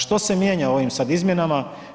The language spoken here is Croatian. Što se mijenja ovim sad izmjenama?